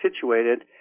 situated